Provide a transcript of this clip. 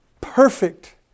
Perfect